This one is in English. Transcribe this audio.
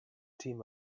team